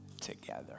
together